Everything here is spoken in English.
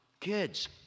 Kids